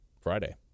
Friday